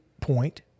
point